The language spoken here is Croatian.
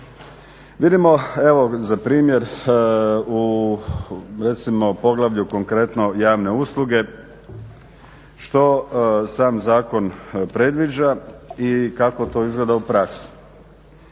Vidimo evo za primjer u recimo poglavlju konkretno javne usluge što sam zakon predviđa i kako to izgleda u praksi.